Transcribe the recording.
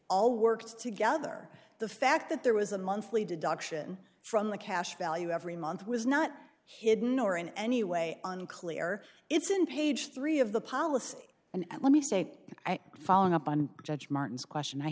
all worked together the fact that there was a monthly deduction from the cash value every month was not hidden or in any way unclear it's in page three of the policy and let me state following up on judge martin's question i